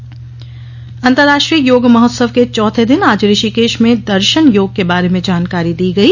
योग महोत्सव अंतर्राष्ट्रीय योग महोत्सव के चौथे दिन आज ऋषिकेश में दर्शन योग के बारे में जानकारी दी गई